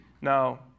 Now